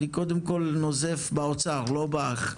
אני קודם כל נוזף באוצר, לא בך,